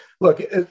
Look